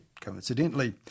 coincidentally